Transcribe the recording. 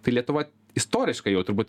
tai lietuva istoriškai jau turbūt